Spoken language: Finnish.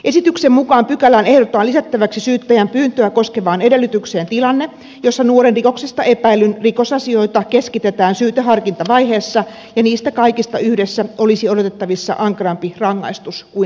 esityksen mukaan pykälään ehdotetaan lisättäväksi syyttäjän pyyntöä koskevaan edellytykseen tilanne jossa nuoren rikoksesta epäillyn rikosasioita keskitetään syyteharkintavaiheessa ja niistä kaikista yhdessä olisi odotettavissa ankarampi rangaistus kuin sakkoa